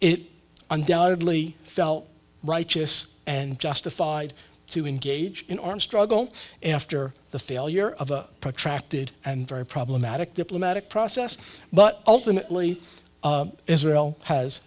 it undoubtedly felt righteous and justified to engage in armed struggle and after the failure of a protracted and very problematic diplomatic process but ultimately israel has